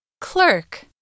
Clerk